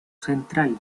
central